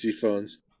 phones